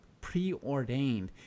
preordained